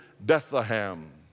Bethlehem